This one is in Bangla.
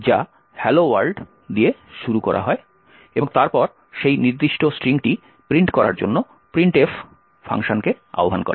যা হ্যালো ওয়ার্ল্ড দিয়ে শুরু করা হয় এবং তারপর সেই নির্দিষ্ট স্ট্রিংটি প্রিন্ট করার জন্য printf ফাংশনকে আহ্বান করে